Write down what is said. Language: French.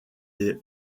des